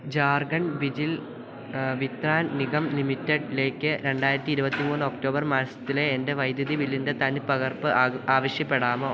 ജാർഖണ്ഡ് ബിജിൽ വിത്രാൻ നിഗം ലിമിറ്റഡ്ലേക്ക് രണ്ടായിരത്തി ഇരുപത്തിമൂന്ന് ഒക്ടോബർ മാസത്തിലെ എൻറ്റെ വൈദ്യുതി ബില്ലിൻറ്റെ തനിപ്പകർപ്പ് ആവശ്യപ്പെടാമോ